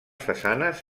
façanes